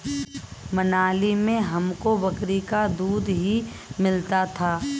मनाली में हमको बकरी का दूध ही मिलता था